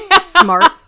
smart